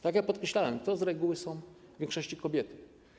Tak jak podkreślałem, to z reguły, w większości są kobiety.